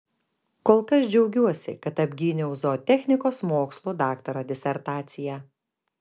kol kas džiaugiuosi kad apgyniau zootechnikos mokslų daktaro disertaciją